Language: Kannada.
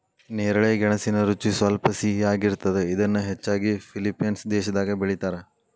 ನೇರಳೆ ಗೆಣಸಿನ ರುಚಿ ಸ್ವಲ್ಪ ಸಿಹಿಯಾಗಿರ್ತದ, ಇದನ್ನ ಹೆಚ್ಚಾಗಿ ಫಿಲಿಪೇನ್ಸ್ ದೇಶದಾಗ ಬೆಳೇತಾರ